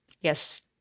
yes